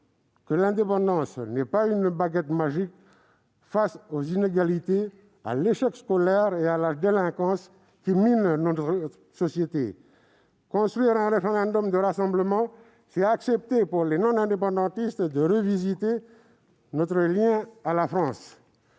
que l'indépendance n'est pas une baguette magique face aux inégalités, à l'échec scolaire et à la délinquance qui mine notre société. Construire un référendum de rassemblement, c'est accepter, pour les non-indépendantistes, de revisiter notre lien à la France.